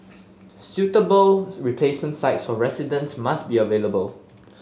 suitable replacement sites for residents must be available